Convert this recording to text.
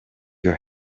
your